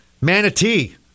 Manatee